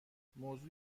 موضوع